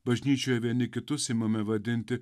bažnyčioje vieni kitus imami vadinti